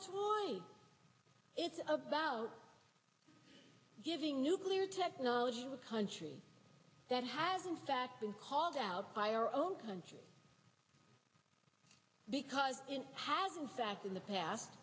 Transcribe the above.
me it's about giving nuclear technology to country that have in fact been called out by our own country because it has in fact in the past